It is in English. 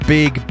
Big